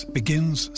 begins